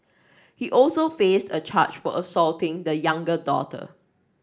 he also faced a charge for assaulting the younger daughter